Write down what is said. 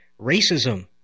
racism